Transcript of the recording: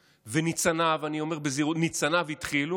וניצניו, אני אומר בזהירות, ניצניו התחילו